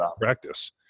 practice